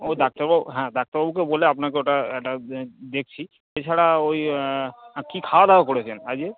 ও ডাক্তারবাবু হ্যাঁ ডাক্তারবাবুকে বলে আপনাকে ওটা এটা দেখছি এছাড়া ওই কি খাওয়া দাওয়া করেছেন আজকে